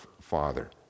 father